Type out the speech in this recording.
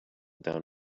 down